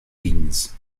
beans